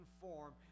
form